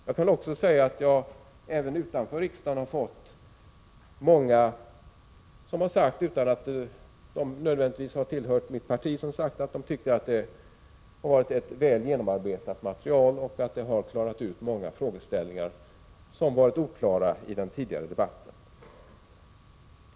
Jag kan också säga att jag även utanför riksdagen från många, som inte nödvändigtvis har tillhört mitt parti, hört att materialet varit väl genomarbetat och att det klarat ut många frågeställningar som varit oklara i den tidigare debatten. Herr talman! Slutligen vill jag konstatera att de borgerliga i sina inlägg inte visat något som helst intresse för att diskutera återbetalningen. Ibland är det tystnaden som talar. Jag ber att få yrka bifall till utskottets hemställan.